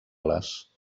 les